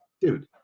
dude